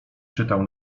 czytał